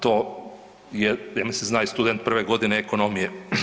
To je, ja mislim zna i student prve godine ekonomije.